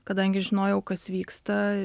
kadangi žinojau kas vyksta